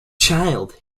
child